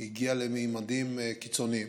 הגיע לממדים קיצוניים,